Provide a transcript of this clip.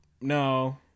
no